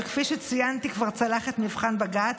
שכפי שציינתי כבר צלח את מבחן בג"ץ,